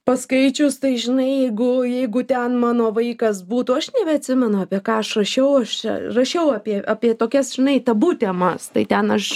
paskaičius tai žinai jeigu jeigu ten mano vaikas būtų aš nebeatsimenu apie ką aš rašiau aš čia rašiau apie apie tokias žinai tabu temas tai ten aš